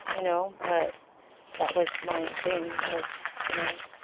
you know? but that was my thing was, you know,